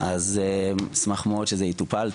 אז נשמח מאוד שזה יטופל,